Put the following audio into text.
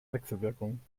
wechselwirkung